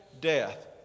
death